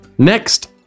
Next